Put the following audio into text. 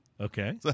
Okay